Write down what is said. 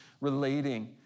relating